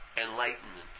Enlightenment